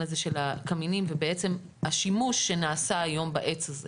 הזה של הקמינים ובעצם השימוש שנעשה היום בעץ הזה.